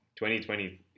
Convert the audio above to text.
2020